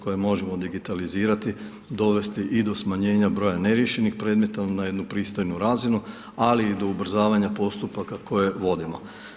možemo digitalizirati, dovesti i do smanjenja broja neriješenih predmeta na jednu pristojnu razinu, ali i do ubrzavanja postupaka koje vodimo.